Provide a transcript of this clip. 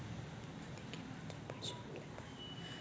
मले केबलचे पैसे ऑनलाईन भरता येईन का?